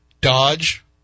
Dodge